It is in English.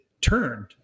Turned